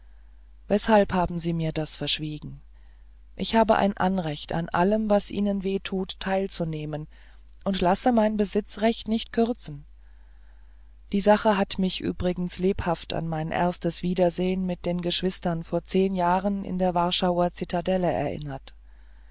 weshalb haben sie mir das verschwiegen ich habe ein anrecht an allem was ihnen weh tut teilzunehmen und lasse meine besitzrechte nicht kürzen die sache hat mich übrigens lebhaft an mein erstes wiedersehen mit den geschwistern vor zehn jahren in der warschauer zitadelle erinnert